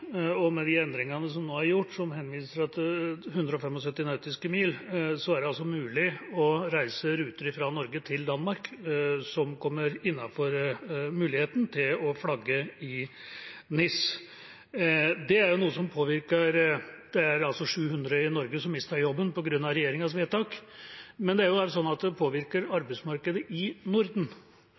og med de endringene som nå er gjort, som henviser til 175 nautiske mil, er det altså mulig for ruter fra Norge til Danmark som kommer innenfor muligheten, å flagge til NIS. Det er altså 700 i Norge som mister jobben på grunn av regjeringas vedtak, men det påvirker også arbeidsmarkedet i Norden. Jeg forutsetter at statsråden har diskutert det